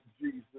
Jesus